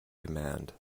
command